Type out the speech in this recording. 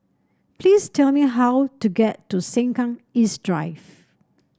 please tell me how to get to Sengkang East Drive